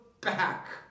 back